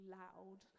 loud